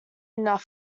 enough